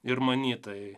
ir manyt tai